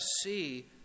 see